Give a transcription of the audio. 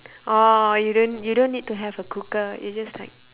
or you don't you don't need to have a cooker you just like